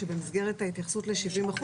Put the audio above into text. שבמסגרת ההתייחסות ל-70%,